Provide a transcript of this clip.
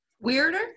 Weirder